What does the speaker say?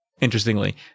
Interestingly